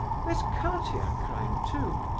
there's katia crying, too.